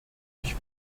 ich